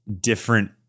different